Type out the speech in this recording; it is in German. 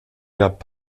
gab